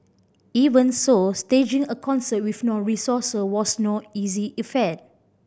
even so staging a concert with no resources was no easy feat